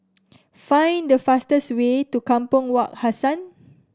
find the fastest way to Kampong Wak Hassan